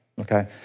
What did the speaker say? okay